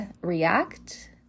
react